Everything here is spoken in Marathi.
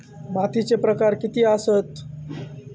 मातीचे प्रकार किती आसत?